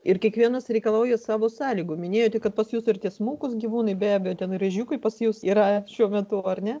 ir kiekvienas reikalauja savo sąlygų minėjote kad pas jus ir tie smulkūs gyvūnai be abejo ten ir ežiukui pas jus yra šiuo metu ar ne